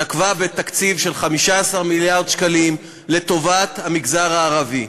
נקבה בתקציב של 15 מיליארד שקלים לטובת המגזר הערבי.